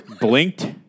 blinked